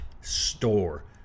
.store